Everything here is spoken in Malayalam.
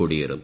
കൊടിയേറും